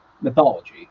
mythology